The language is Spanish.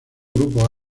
grupo